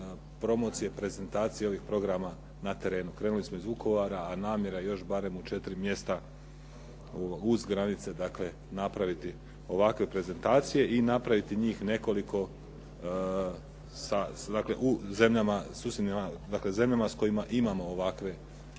promocije, prezentacije ovih programa na terenu. Krenuli smo iz Vukovara a namjera je još barem u četiri mjesta uz granice, dakle napraviti ovakve prezentacije i napraviti njih nekoliko sa dakle u zemljama susjednim, dakle zemljama